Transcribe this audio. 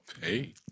Hey